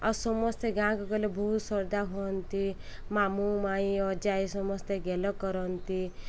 ଆଉ ସମସ୍ତେ ଗାଁକୁ ଗଲେ ବହୁତ ଶ୍ରଦ୍ଧା ହୁଅନ୍ତି ମାମୁଁ ମାଇଁ ଅଜା ଆଈ ସମସ୍ତେ ଗେଲ କରନ୍ତି